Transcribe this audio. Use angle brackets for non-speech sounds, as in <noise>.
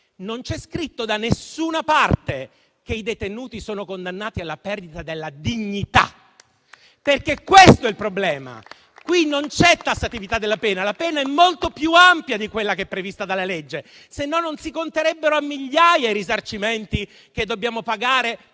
non c'è scritto da nessuna parte che i detenuti sono condannati alla perdita della dignità, perché questo è il problema. <applause> Qui non c'è tassatività della pena; la pena è molto più ampia di quella prevista dalla legge, sennò non si conterebbero a migliaia i risarcimenti che dobbiamo pagare